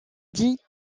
dit